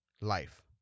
Life